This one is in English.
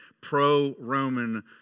pro-Roman